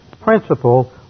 principle